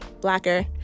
blacker